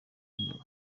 w’ingabo